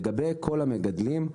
כל המגדלים,